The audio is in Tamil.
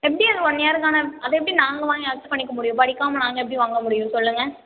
எப்படியும் இன்னும் ஒன் இயர் தான் அது எப்படி நாங்கள் வாங்கி அக்ஸப்ட் பண்ணிக்க முடியும் படிக்காம நாங்க எப்படி வாங்க முடியும் சொல்லுங்க